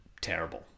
terrible